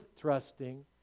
trusting